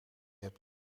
hebt